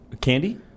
Candy